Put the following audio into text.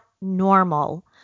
normal